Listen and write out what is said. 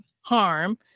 harm